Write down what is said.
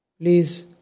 please